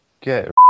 get